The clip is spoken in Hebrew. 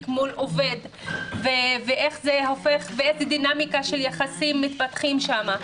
מול עובד ואיזה דינמיקה של יחסים מתפתחים שם.